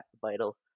vital